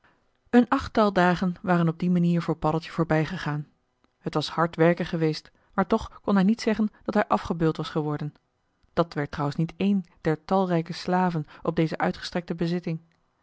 een achttal dagen waren op die manier voor paddeltje voorbijgegaan het was hard werken geweest maar toch kon hij niet zeggen dat hij afgebeuld was geworden dat werd trouwens niet een der talrijke slaven op deze uitgestrekte bezitting